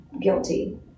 guilty